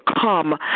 come